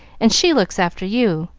and she looks after you.